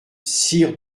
sire